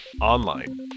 online